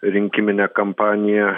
rinkiminę kampaniją